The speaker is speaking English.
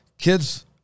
kids